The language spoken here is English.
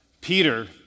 Peter